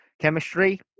chemistry